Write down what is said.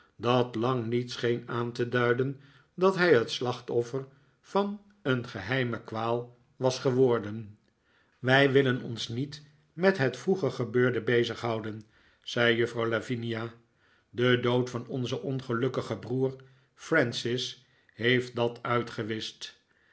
dat lang niet scheen aan te duiden dat hij het slachtoffer van een geheime kwaal was geworden wij willen cms niet met het vroeger gebeurde bezighouden zei juffrouw lavinia r de dood van onzen ongelukkigen broer francis heeft dat uitgewischt